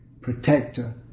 protector